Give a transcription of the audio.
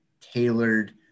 tailored